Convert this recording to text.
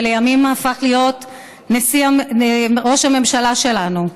שלימים הפך להיות ראש הממשלה שלנו,